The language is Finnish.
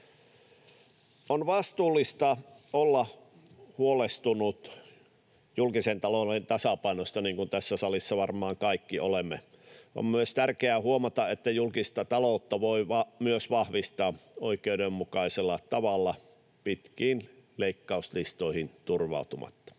On vastuullista olla huolestunut julkisen talouden tasapainosta, niin kuin tässä salissa varmaan kaikki olemme. On myös tärkeää huomata, että julkista taloutta voi vahvistaa oikeudenmukaisella tavalla pitkiin leikkauslistoihin turvautumatta.